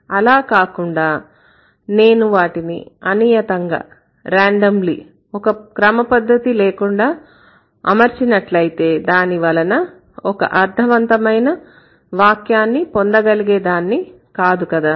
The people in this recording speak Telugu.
అలా కాకుండా నేను వాటిని అనియతంగా ఒక క్రమ పద్దతి లేకుండా అమర్చినట్లయితే దాని వలన ఒక అర్థవంతమైన వాక్యాన్ని పొందగలిగే దాన్ని కాదు కదా